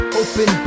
open